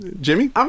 Jimmy